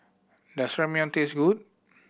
does Ramyeon taste good